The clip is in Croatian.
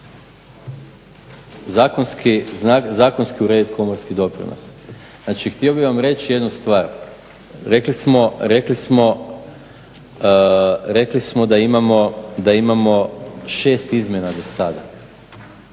Zakonski urediti komorski doprinos. Znači, htio bih vam reći jednu stvar. Rekli smo da imamo šest izmjena do sada.